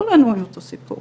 כולנו היה לנו את אותו סיפור,